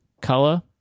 color